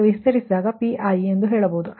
ಈಗ ವಿಸ್ತರಿಸಿದರೆ ಇದನ್ನು Pi ಎಂದು ಹೇಳುವಿರಿ